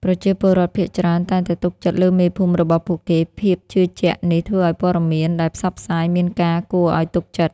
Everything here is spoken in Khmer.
ប្រជាពលរដ្ឋភាគច្រើនតែងតែទុកចិត្តលើមេភូមិរបស់ពួកគេ ភាពជឿជាក់នេះធ្វើឱ្យព័ត៌មានដែលផ្សព្វផ្សាយមានការគួរឱ្យទុកចិត្ត។